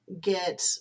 get